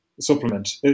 supplement